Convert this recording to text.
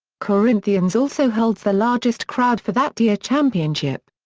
corinthians also holds the largest crowd for that year championship.